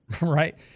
right